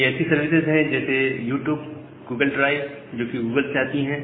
कई ऐसी सर्विसेज है जैसे यू ट्यूब गूगल ड्राइव जो कि गूगल से आती हैं